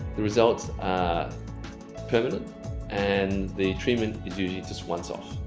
the results are permanent and the treatment is usually just once of.